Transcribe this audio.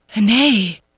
Nay